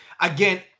again